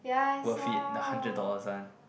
worth it the hundred dollars one